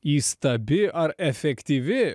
įstabi ar efektyvi